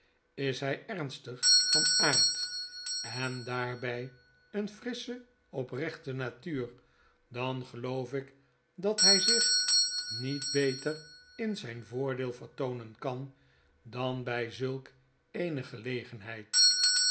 is hy ernstig van aard on daarby een frissche oprechte natuur dan gelbof ik dat hjj zich niet beter in zjjn voordeel vertoonen kan dan by zulk eene gelegenheid